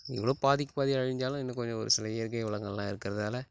இவ்வளோ பாதிக்கு பாதி அழிஞ்சாலும் இன்னும் கொஞ்சம் ஒரு சில இயற்கை வளங்கள்லாம் இருக்கிறதால